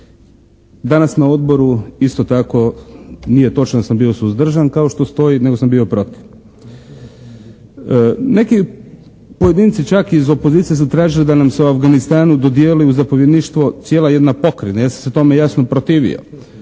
Danas na odboru isto tako nije točno da sam bio suzdržan kao što stoji nego sam bio protiv. Neki pojedinci čak iz opozicije su tražili da nam se u Afganistanu dodijeli u zapovjedništvo cijela jedna pokrajina. Ja sam se tome jasno protivio